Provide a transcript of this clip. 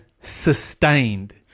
sustained